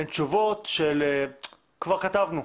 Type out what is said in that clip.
הן תשובות של כבר כתבנו,